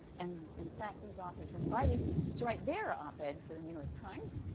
and, in fact, these authors were invited to write their op-ed for the new york times,